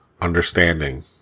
understanding